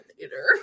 later